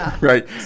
right